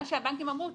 מה שהבנקים אמרו,